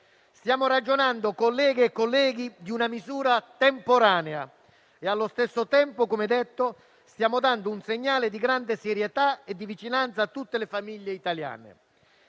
Stiamo ragionando, colleghe e colleghi, di una misura temporanea e allo stesso tempo, come detto, stiamo dando un segnale di grande serietà e di vigilanza a tutte le famiglie italiane.